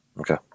Okay